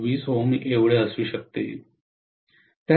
26 Ω असू शकते